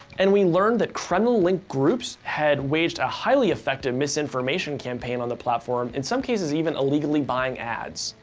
and we learned that kremlin-linked groups had waged a highly effective misinformation campaign on the platform. in some cases, even illegally buying ads.